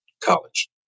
college